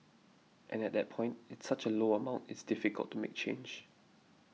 and at that point it's such a low amount it's difficult to make change